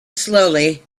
slowly